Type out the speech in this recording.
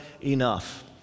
enough